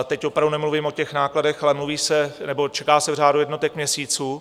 Teď opravdu nemluvím o těch nákladech, ale mluví se nebo čeká se v řádu jednotek měsíců.